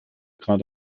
grad